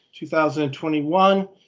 2021